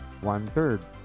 one-third